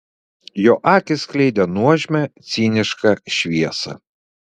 jo akys skleidė nuožmią cinišką šviesą